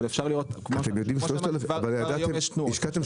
אבל אפשר לראות שכבר היום יש תנועה.